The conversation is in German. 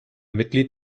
mitglied